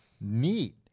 Neat